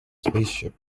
spaceship